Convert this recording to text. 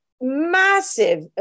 massive